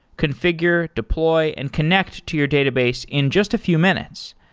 configure, deploy and connect to your database in just a few minutes.